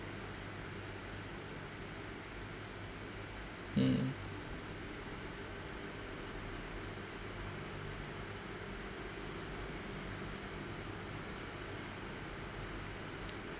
mm